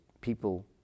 people